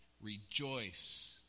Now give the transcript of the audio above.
rejoice